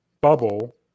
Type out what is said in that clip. bubble